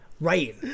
Right